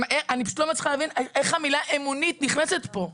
אני פשוט לא מצליחה להבין איך המילה אמונית נכנסת פה,